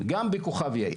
וגם בכוכב יאיר.